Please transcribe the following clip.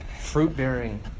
Fruit-bearing